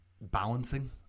balancing